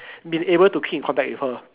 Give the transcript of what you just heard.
been able to keep in contact with her